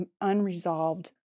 unresolved